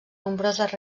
nombroses